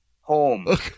home